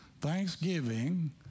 thanksgiving